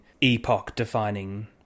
epoch-defining